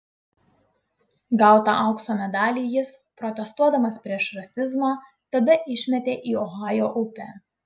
gautą aukso medalį jis protestuodamas prieš rasizmą tada išmetė į ohajo upę